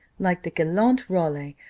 like the gallant raleigh,